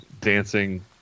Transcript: dancing